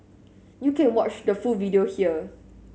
you can watch the full video here